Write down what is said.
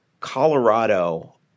Colorado